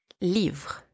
livre